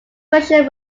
version